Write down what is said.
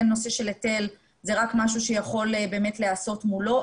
הנושא של היטל זה רק משהו שיכול באמת להיעשות מולו.